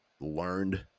learned